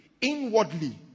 inwardly